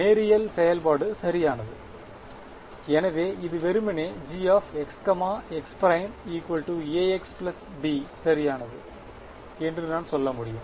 நேரியல் செயல்பாடு சரியானது எனவே இது வெறுமனே G x x ′ Ax B சரியானது என்று நான் சொல்ல முடியும்